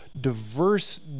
diverse